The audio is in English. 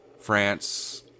France